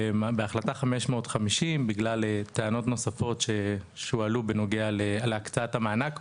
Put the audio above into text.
בהחלטה 550 בגלל טענות נוספות שהועלו בנוגע להקצאת המענק,